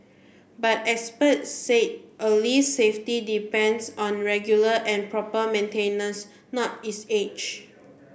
but experts said a least safety depends on regular and proper maintenance not its age